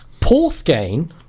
Porthgain